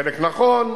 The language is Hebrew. חלק נכון.